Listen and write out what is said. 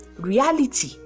reality